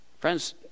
Friends